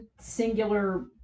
singular